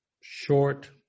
short